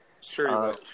Sure